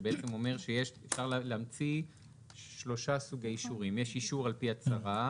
שאומר שאפשר להמציא שלושה סוגי אישורים: יש אישור על-פי הצהרה